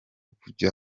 kujya